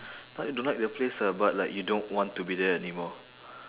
not I don't like the place ah but like you don't want to be there anymore